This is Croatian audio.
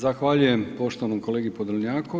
Zahvaljujem poštovanom kolegi Podolnjaku.